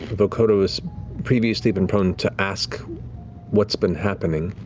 vokodo has previously been prone to ask what's been happening.